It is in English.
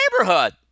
neighborhood